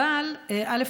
אבל א.